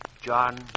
John